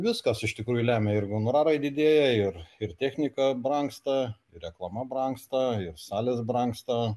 viskas iš tikrųjų lemia ir honorarai didėja ir ir technika brangsta ir reklama brangsta ir salės brangsta